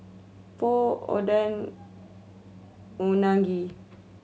Pho Oden Unagi